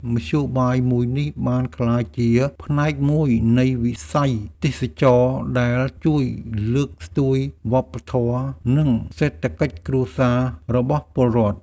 មធ្យោបាយមួយនេះបានក្លាយជាផ្នែកមួយនៃវិស័យទេសចរណ៍ដែលជួយលើកស្ទួយវប្បធម៌និងសេដ្ឋកិច្ចគ្រួសាររបស់ពលរដ្ឋ។